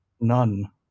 none